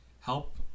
help